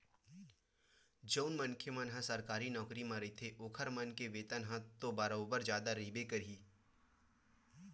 जउन मनखे मन ह सरकारी नौकरी म रहिथे ओखर मन के वेतन ह तो बरोबर जादा रहिबे करही